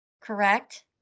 correct